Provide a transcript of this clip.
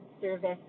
service